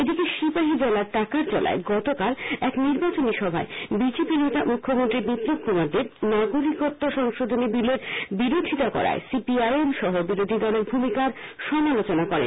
এদিকে সিপাহীজলার টাকারজলায় গতকাল এক নির্বাচনী সভায় বিজেপি নেতা মুখ্যমন্ত্রী বিপ্লব কুমার দেব নাগরিকত্ব সংশোধনী বিলের বিরোধিতা করায় সি পি আই এম সহ বিরোধী দলের ভূমিকার সমালোচনা করেন